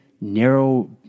narrow